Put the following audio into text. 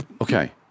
okay